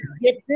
get